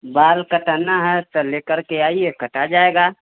बाल कटाना है तऽ लेकरके आइये कटा जाएगा